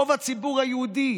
רוב הציבור היהודי